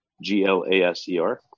G-L-A-S-E-R